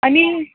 आनी